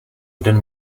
jeden